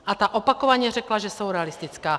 A ta opakovaně řekla, že jsou realistická.